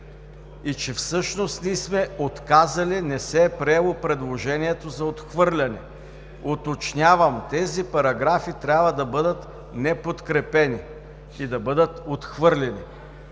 и че всъщност ние сме отказали, не се е приело предложението за отхвърляне. Уточнявам, тези параграфи трябва да бъдат неподкрепени и да бъдат отхвърлени.